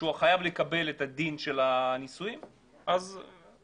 שהוא חייב לקבל את הדין של הנישואים אז אדרבא,